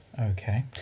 Okay